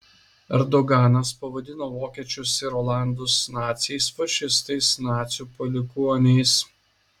erdoganas pavadino vokiečius ir olandus naciais fašistais nacių palikuoniais